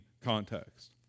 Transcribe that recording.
context